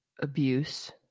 abuse